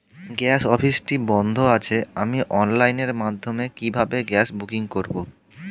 Gas অফিসটি বন্ধ আছে আমি অনলাইনের মাধ্যমে কিভাবে গ্যাস বুকিং করব?